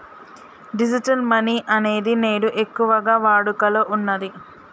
digital money అనేది నేడు ఎక్కువగా వాడుకలో ఉన్నది